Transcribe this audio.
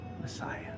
Messiah